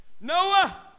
Noah